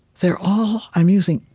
they're all i'm using,